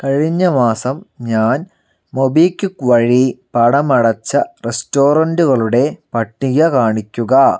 കഴിഞ്ഞ മാസം ഞാൻ മൊബിക്വിക്ക് വഴി പണം അടച്ച റെസ്റ്റോറൻറ്റുകളുടെ പട്ടിക കാണിക്കുക